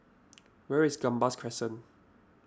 where is Gambas Crescent